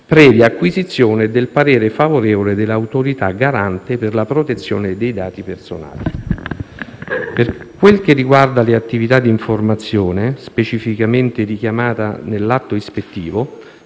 previa acquisizione del parere favorevole dell'Autorità garante per la protezione dei dati personali. Per quel che riguarda le attività di informazione, specificamente richiamate nell'atto ispettivo,